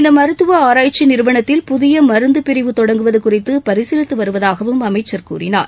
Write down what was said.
இந்த மருத்துவ ஆராய்ச்சி நிறுவனத்தில் புதிய மருந்து பிரிவு தொடங்குவது குறித்து பரிசீலித்து வருவதாகவும் அமைச்சர் கூறினார்